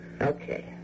Okay